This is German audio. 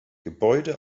gebäude